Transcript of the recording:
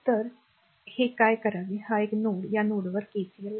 तर हे काय करावे हा एक नोड या नोडवर KCL लावा